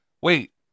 wait